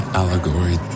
allegory